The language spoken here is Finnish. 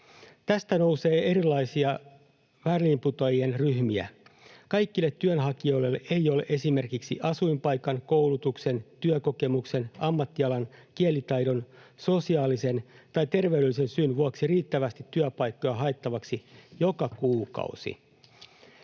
Tästä nousee erilaisia väliinputoajien ryhmiä. Kaikille työnhakijoille ei ole esimerkiksi asuinpaikan, koulutuksen, työkokemuksen, ammattialan, kielitaidon, sosiaalisen tai terveydellisen syyn vuoksi riittävästi työpaikkoja haettavaksi joka kuukausi.